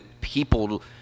people